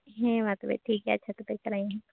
ᱦᱮᱸ ᱢᱟ ᱛᱚᱵᱮ ᱴᱷᱤᱠ ᱜᱮᱭᱟ ᱟᱪᱪᱷᱟ ᱛᱚᱵᱮ ᱪᱟᱞᱟᱜ ᱟᱹᱧ ᱤᱧ ᱦᱚᱸ